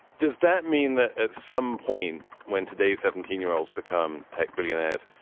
does that mean that at some point when today's seventeen year olds become tech billionaires,